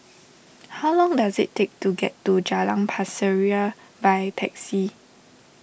how long does it take to get to Jalan Pasir Ria by taxi